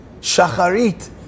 Shacharit